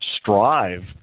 strive